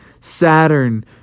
Saturn